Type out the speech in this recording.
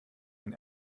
den